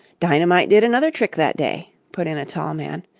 dynamite did another trick that day, put in a tall man.